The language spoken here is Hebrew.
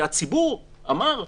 הציבור אמר: